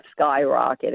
skyrocketed